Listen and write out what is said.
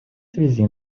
связи